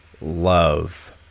love